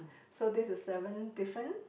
so this is seven different